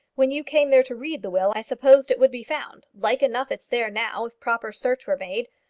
when you came there to read the will, i supposed it would be found. like enough it's there now, if proper search were made.